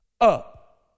up